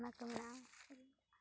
ᱚᱱᱟᱠᱚ ᱢᱮᱱᱟᱜᱼᱟ